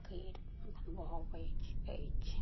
खीर बनबऽ आबैत अछि